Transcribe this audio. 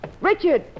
Richard